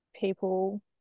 people